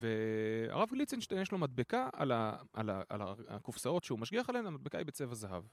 והרב גליצנשטיין יש לו מדבקה על הקופסאות שהוא משגיח עליהן, המדבקה היא בצבע זהב.